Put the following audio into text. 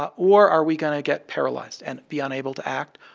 ah or are we going to get paralyzed and be unable to act?